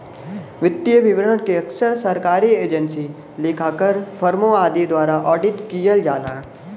वित्तीय विवरण के अक्सर सरकारी एजेंसी, लेखाकार, फर्मों आदि द्वारा ऑडिट किहल जाला